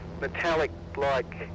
metallic-like